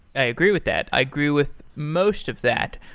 i agree with that. i agree with most of that.